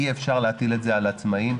אי-אפשר להטיל את זה על העצמאים,